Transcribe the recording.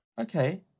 okay